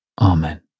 Amen